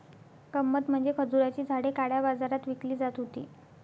गंमत म्हणजे खजुराची झाडे काळ्या बाजारात विकली जात होती